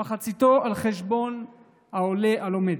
ומחציתה על חשבון העולה הלומד.